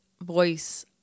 voice